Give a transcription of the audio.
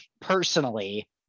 personally